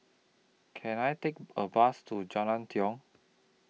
Can I Take A Bus to Jalan Tiong